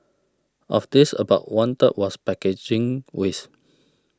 of this about one third was packaging waste